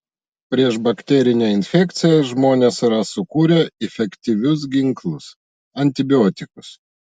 prieš bakterinę infekciją žmonės yra sukūrę efektyvius ginklus antibiotikus